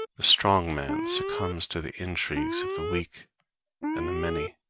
the strong man succumbs to the intrigues of the weak and the many